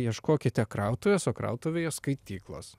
ieškokite krautuvės o krautuvėje skaityklos